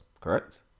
correct